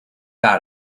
out